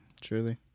truly